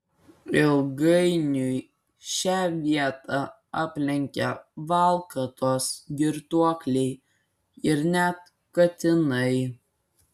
ilgainiui šią vietą aplenkia valkatos girtuokliai ir net katinai